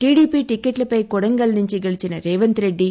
TDP టీకెట్లపై Kodangal నుంచి గెలిచిన రేవంత్రెడ్డి